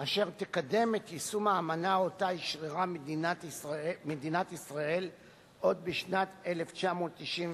אשר תקיים את יישום האמנה שאשררה מדינת ישראל עוד בשנת 1991,